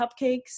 cupcakes